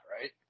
right